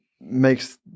makes